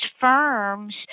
firms